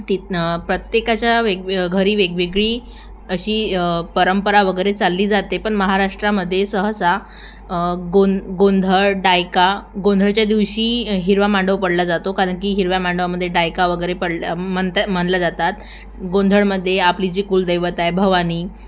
तिथं प्रत्येकाच्या वेगवे घरी वेगवेगळी अशी परंपरा वगैरे चालली जाते पण महाराष्ट्रामध्ये सहसा गों गोंधळ डायका गोंधळच्या दिवशी हिरवा मांडव पडला जातो कारण की हिरव्या मांडवामध्ये डायका वगैरे पडल्या म्हणता म्हटल्या जातात गोंधळमध्ये आपली जी कुलदैवत आहे भवानी